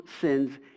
sins